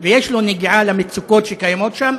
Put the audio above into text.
ויש לו נגיעה במצוקות שקיימות שם.